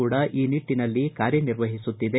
ಕೂಡ ಈ ನಿಟ್ಟನಲ್ಲಿ ಕಾರ್ಯನಿರ್ವಹಿಸುತ್ತಿದೆ